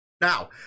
now